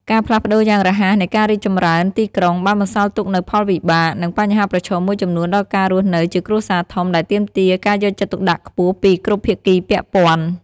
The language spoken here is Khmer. ការផ្លាស់ប្ដូរយ៉ាងរហ័សនៃការរីកចម្រើនទីក្រុង បានបន្សល់ទុកនូវផលវិបាក និងបញ្ហាប្រឈមមួយចំនួនដល់ការរស់នៅជាគ្រួសារធំ ដែលទាមទារការយកចិត្តទុកដាក់ខ្ពស់ពីគ្រប់ភាគីពាក់ព័ន្ធ៖